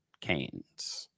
Canes